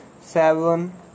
seven